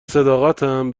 صداقتم